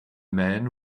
man